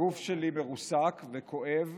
הגוף שלי מרוסק וכואב